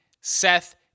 Seth